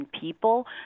people